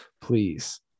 Please